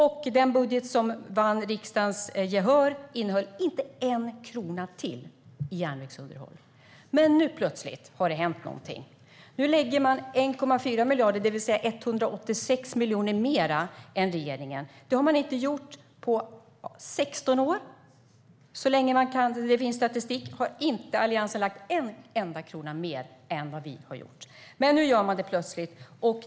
Den budget som vann riksdagens gehör innehöll inte en krona till i järnvägsunderhåll. Nu plötsligt har det hänt någonting. Nu lägger man fram förslag om 1,4 miljarder, det vill säga 186 miljoner mer än regeringen. Det har man inte gjort på 16 år. Så länge det har förts statistik har Alliansen inte lagt fram en enda krona mer än vad vi har gjort. Nu gör man det plötsligt.